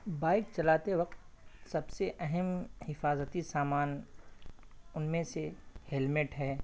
bike چلاتے وقت سب سے اہم حفاظتی سامان ان میں سے ہیلمیٹ ہے